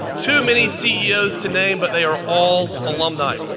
too many ceos to name but they are all alumni.